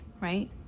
right